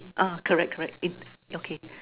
ah correct correct eh okay